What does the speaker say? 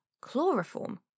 Chloroform